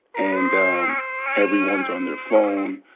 and everyone's on their phone.